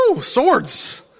swords